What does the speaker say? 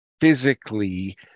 physically